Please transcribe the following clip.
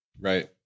right